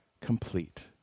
complete